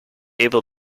able